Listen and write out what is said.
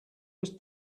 was